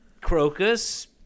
Crocus